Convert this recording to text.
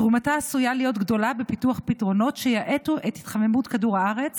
תרומתה עשויה להיות גדולה בפיתוח פתרונות שיאטו את התחממות כדור הארץ